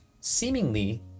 seemingly